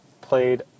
played